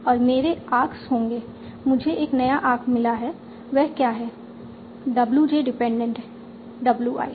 और मेरे आर्क्स होंगे मुझे एक नया आर्क मिला है वह क्या है w j dependent w i